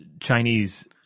Chinese